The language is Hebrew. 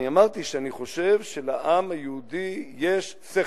אני אמרתי שאני חושב שלעם היהודי יש שכל,